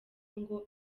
ngo